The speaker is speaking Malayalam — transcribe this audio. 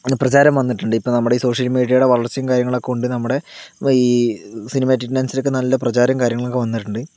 പ്രചാരം വന്നിട്ടുണ്ട് ഇപ്പൊൾ നമ്മുടെ ഈ സോഷ്യൽ മീഡിയയുടെ വളർച്ചയും കാര്യങ്ങളൊക്കെ കൊണ്ട് നമ്മുടെ ഈ സിനിമാറ്റിക് ഡാൻസിനൊക്കെ നല്ല പ്രചാരം കാര്യങ്ങളൊക്കെ വന്നിട്ടുണ്ട്